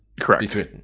Correct